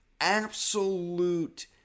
absolute